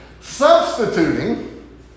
Substituting